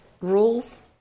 rules